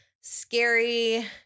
scary